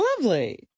lovely